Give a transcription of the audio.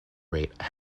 rate